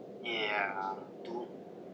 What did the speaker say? yeah true